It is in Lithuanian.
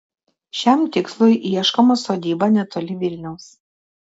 šiam tikslui ieškoma sodyba netoli vilniaus